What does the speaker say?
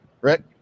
Rick